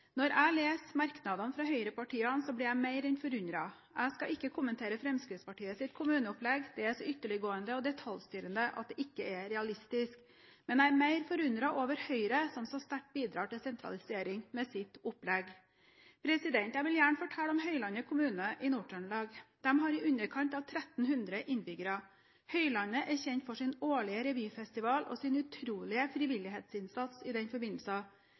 Når jeg leser merknadene fra høyrepartiene, blir jeg mer enn forundret. Jeg skal ikke kommentere Fremskrittspartiets kommuneopplegg, det er så ytterliggående og detaljstyrende at det ikke er realistisk, men jeg er mer forundret over Høyre, som så sterkt bidrar til sentralisering med sitt opplegg. Jeg vil gjerne fortelle om Høylandet kommune i Nord-Trøndelag. Den har i underkant av 1 300 innbyggere. Høylandet er kjent for sin årlige revyfestival og sin utrolige frivillighetsinnsats i den forbindelse.